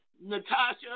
Natasha